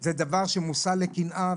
זה מושא לקנאה.